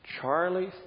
Charlie